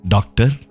Doctor